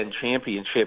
Championship